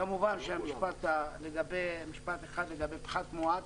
משפט אחד לגבי פחת מואץ,